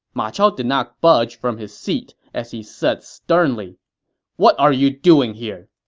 ma chao did not budge from his seat as he said sternly what are you doing here?